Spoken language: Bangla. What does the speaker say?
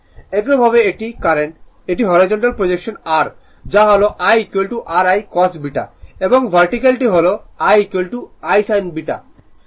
একইভাবে এটি কারেন্ট এটি হরাইজন্টাল প্রজেকশন r যা হল I r I cos β এবং ভার্টিকাল টি হল I I sin β